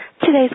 Today's